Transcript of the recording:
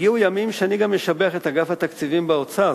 הגיעו ימים שאני גם משבח את אגף התקציבים באוצר,